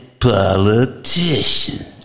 politician